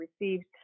received